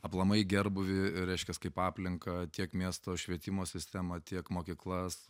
aplamai gerbūvį reiškias kaip aplinką tiek miesto švietimo sistemą tiek mokyklas